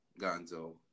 Gonzo